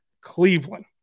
Cleveland